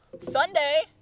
Sunday